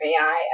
AI